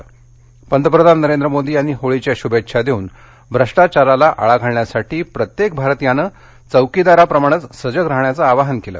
पंतप्रधान पंतप्रधान नरेंद्र मोदी यांनी होळीच्या शुभेच्छा देऊन भ्रष्टाचाराला आळा घालण्यासाठी प्रत्येक भारतीयानं चौकीदाराप्रमाणेच सजग राहण्याचं आवाहन केलं